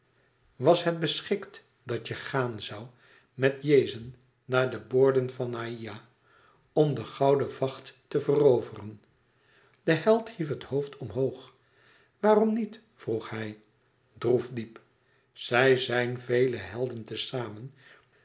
was het beschikt dat je gaan zoû met iazon naar de boorden van aïa om de goudene vacht te veroveren de held hief het hoofd omhoog waarom niet vroeg hij droef diep zij zijn vele helden te zamen